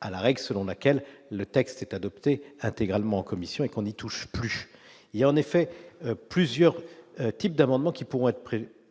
à la règle selon laquelle, le texte est adopté intégralement commission et qu'on y touche plus, il y a en effet plusieurs types d'amendements qui pourront être